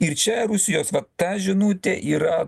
ir čia rusijos va ta žinutė yra